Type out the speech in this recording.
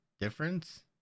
difference